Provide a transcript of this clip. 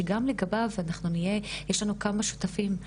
שגם לגביו אנחנו נהיה יש לנו כמה שותפים.